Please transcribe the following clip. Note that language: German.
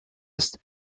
ist